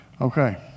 Okay